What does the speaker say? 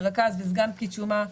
רכז וסגן פקיד שומה,